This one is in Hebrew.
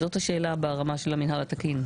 זאת השאלה ברמת המינהל התקין.